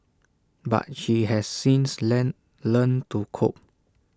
but she has since lend learnt to cope